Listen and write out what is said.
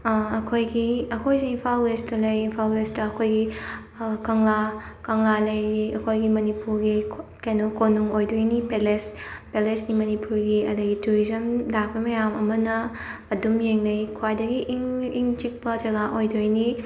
ꯑꯈꯣꯏꯒꯤ ꯑꯈꯣꯏꯁꯦ ꯏꯝꯐꯥꯜ ꯋꯦꯁꯠꯇ ꯂꯩ ꯏꯝꯐꯥꯜ ꯋꯦꯁꯠꯇ ꯑꯈꯣꯏꯒꯤ ꯀꯪꯂꯥ ꯀꯪꯂꯥ ꯂꯩꯔꯤ ꯑꯈꯣꯏꯒꯤ ꯃꯅꯤꯄꯨꯔꯒꯤ ꯈ꯭ꯋꯥꯏ ꯀꯩꯅꯣ ꯀꯣꯅꯨꯡ ꯑꯣꯏꯗꯣꯏꯅꯤ ꯄꯦꯂꯦꯁ ꯄꯦꯂꯦꯁꯅꯤ ꯃꯅꯤꯄꯨꯔꯒꯤ ꯑꯗꯒꯤ ꯇꯨꯔꯤꯖꯝ ꯂꯥꯛꯄ ꯃꯌꯥꯝ ꯑꯃꯅ ꯑꯗꯨꯝ ꯌꯦꯡꯅꯩ ꯈ꯭ꯋꯥꯏꯗꯒꯤ ꯏꯪꯆꯤꯛꯄ ꯖꯒ ꯑꯣꯏꯗꯣꯏꯅꯤ